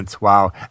Wow